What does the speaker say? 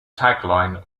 tagline